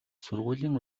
сургуулийн